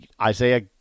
Isaiah